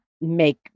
make